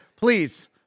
Please